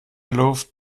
luft